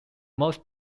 most